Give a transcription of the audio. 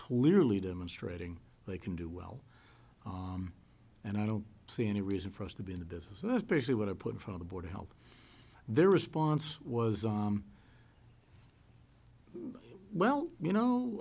clearly demonstrating they can do well and i don't see any reason for us to be in the business so that's basically what i put in for the board of health their response was well you know